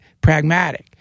pragmatic